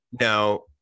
now